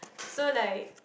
so like